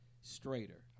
straighter